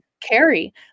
Carry